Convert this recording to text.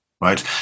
right